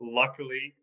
luckily